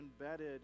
embedded